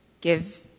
give